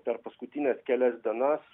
per paskutines kelias dienas